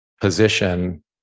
position